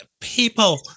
people